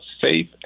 safe